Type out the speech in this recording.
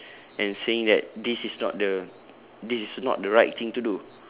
and saying that this is not the this is not the right thing to do